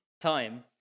time